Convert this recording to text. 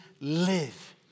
live